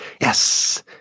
yes